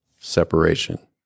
separation